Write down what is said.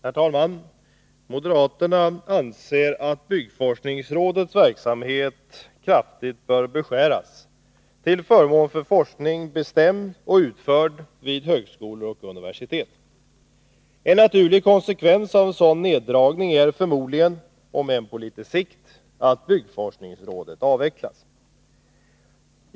Herr talman! Moderaterna anser att byggforskningsrådets verksamhet kraftigt bör beskäras till förmån för forskning, bestämd och utförd vid högskolor och universitet. En naturlig konsekvens av en sådan neddragning är förmodligen — om än på litet sikt — att byggforskningsrådet avvecklas.